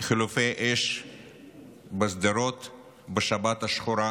חילופי אש בשדרות בשבת השחורה